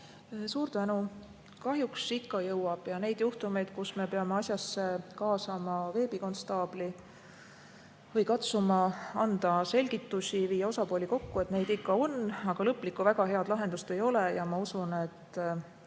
Suur tänu! Kahjuks ikka jõuab. Neid juhtumeid, kus me peame asjasse kaasama veebikonstaabli või katsuma anda selgitusi, viia osapooli kokku, ikka on. Lõplikku, väga head lahendust ei ole. Ma usun, et